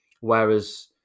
Whereas